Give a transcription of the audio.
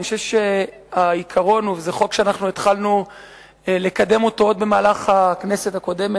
זה חוק שאנחנו התחלנו לקדם עוד במהלך הכנסת הקודמת.